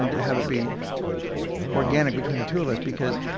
and to have it be organic between the two of us because